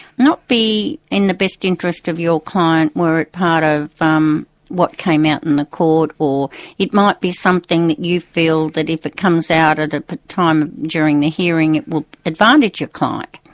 not be in the best interests of your client were it part of um what came out in the court or it might be something that you feel that if it comes out at a time during the hearing, it would advantage your client.